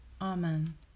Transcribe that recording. Amen